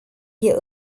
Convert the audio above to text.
hier